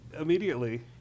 immediately